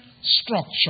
structure